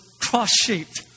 cross-shaped